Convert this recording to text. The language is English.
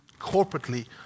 corporately